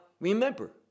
remember